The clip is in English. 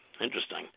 Interesting